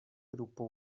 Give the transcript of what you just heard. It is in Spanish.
grupo